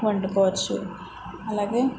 వండుకోవచ్చు అలాగే